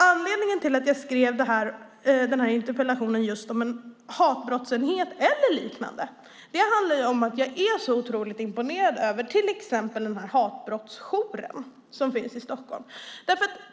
Anledningen till att jag skrev den här interpellationen om en hatbrottsenhet eller liknande är att jag är otroligt imponerad över hatbrottsjouren i Stockholm.